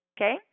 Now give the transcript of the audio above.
Okay